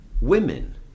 women